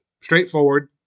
straightforward